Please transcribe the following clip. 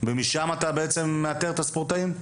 ומשם אתה בעצם מאתר את הספורטאים?